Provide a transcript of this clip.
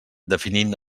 definint